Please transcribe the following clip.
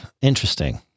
Interesting